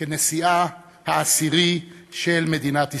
כנשיאה העשירי של מדינת ישראל.